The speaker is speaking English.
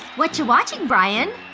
whatcha watching, brian?